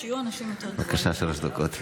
בבקשה, שלוש דקות.